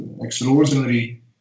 extraordinary